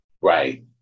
right